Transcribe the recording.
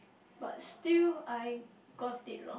but still I got it lor